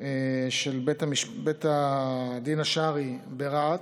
של בית הדין השרעי ברהט,